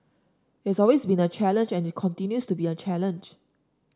it's always been a challenge and it continues to be a challenge